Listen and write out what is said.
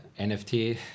NFT